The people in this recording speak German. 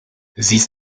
siehst